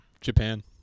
Japan